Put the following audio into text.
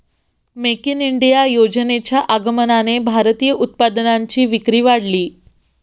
make in India योजनेच्या आगमनाने भारतीय उत्पादनांची विक्री वाढली